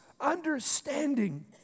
understanding